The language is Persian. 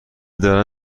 دارن